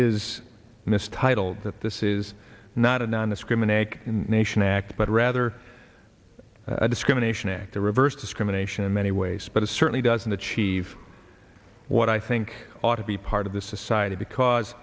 this title that this is not a non discriminating in nation act but rather a discrimination act to reverse discrimination in many ways but it certainly doesn't achieve what i think ought to be part of the society because